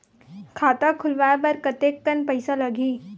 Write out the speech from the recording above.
खाता खुलवाय बर कतेकन पईसा लगही?